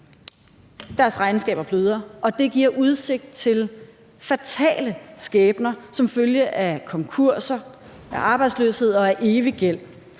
Deres regnskaber bløder, og det giver udsigt til fatale skæbner som følge af konkurser, af arbejdsløshed og af evig gæld.